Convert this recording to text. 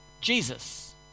Jesus